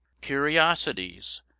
Curiosities